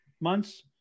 months